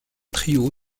trio